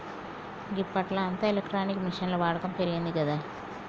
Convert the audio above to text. గిప్పట్ల అంతా ఎలక్ట్రానిక్ మిషిన్ల వాడకం పెరిగిందిగదా